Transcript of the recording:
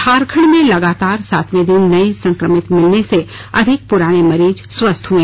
झारखंड में लगातार सातवें दिन नए संक्रमित मिलने से अधिक पुराने मरीज स्वस्थ हुए